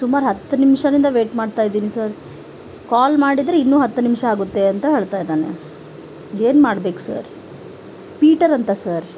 ಸುಮಾರು ಹತ್ತು ನಿಮಿಷದಿಂದ ವೇಟ್ ಮಾಡ್ತಾ ಇದ್ದೀನಿ ಸರ್ ಕಾಲ್ ಮಾಡಿದರೆ ಇನ್ನು ಹತ್ತು ನಿಮಿಷ ಆಗುತ್ತೆ ಅಂತ ಹೇಳ್ತಾ ಇದ್ದಾನೆ ಏನು ಮಾಡಬೇಕು ಸರ್ ಪೀಟರ್ ಅಂತ ಸರ್